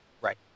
Right